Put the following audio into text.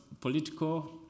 political